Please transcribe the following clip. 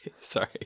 Sorry